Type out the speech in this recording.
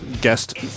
Guest